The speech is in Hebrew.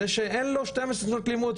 זה שאין לו שתיים עשרה שנות לימוד,